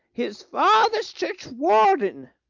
his father's churchwarden.